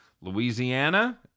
Louisiana